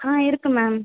ஆ இருக்குது மேம்